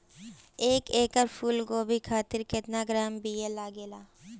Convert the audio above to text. एक एकड़ फूल गोभी खातिर केतना ग्राम बीया लागेला?